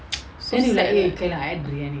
so sad leh